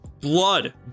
blood